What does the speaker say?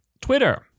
Twitter